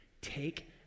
Take